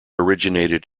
originated